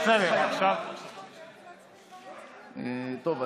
טוב,